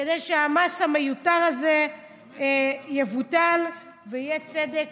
כדי שהמס המיותר הזה יבוטל ויהיה צדק